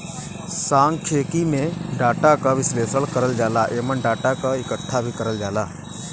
सांख्यिकी में डाटा क विश्लेषण करल जाला एमन डाटा क इकठ्ठा भी करल जाला